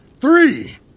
three